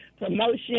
promotion